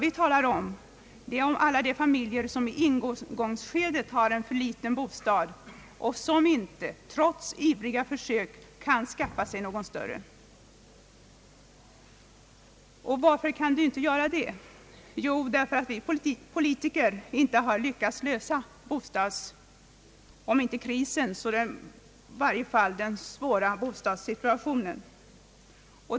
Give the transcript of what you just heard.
Vi talar om alla de familjer som i ingångsskedet har för liten bostad och som inte, trots ivriga försök, kan skaffa någon större. Varför kan de inte göra det? Jo, därför att vi politiker inte har lyckats lösa om inte bostadskrisen så i varje fall den svåra bostadssituationen.